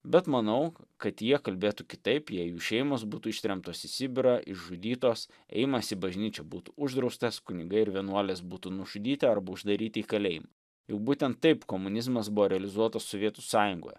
bet manau kad jie kalbėtų kitaip jei jų šeimos būtų ištremtos į sibirą išžudytos ėjimas į bažnyčią būtų uždraustas kunigai ir vienuolės būtų nužudyti arba uždaryti į kalėjimą juk būtent taip komunizmas buvo realizuotas sovietų sąjungoje